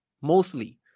mostly